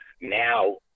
Now